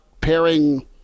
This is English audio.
pairing